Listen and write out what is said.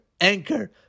Anchor